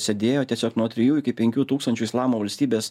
sėdėjo tiesiog nuo trijų iki penkių tūkstančių islamo valstybės